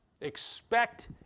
Expect